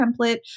template